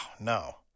no